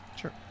Sure